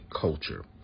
culture